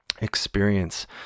experience